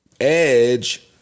Edge